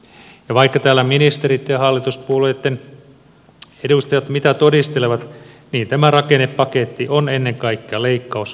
ja vaikka täällä ministerit ja hallituspuolueitten edustajat mitä todistelevat niin tämä rakennepaketti on ennen kaikkea leikkauskokonaisuus